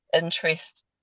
interest